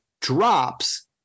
drops